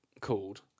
called